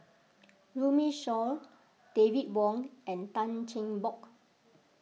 Runme Shaw David Wong and Tan Cheng Bock